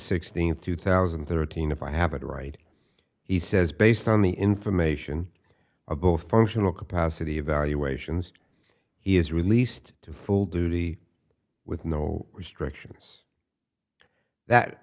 sixteenth two thousand and thirteen if i have it right he says based on the information of both functional capacity evaluations he is released to full duty with no restrictions that